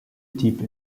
type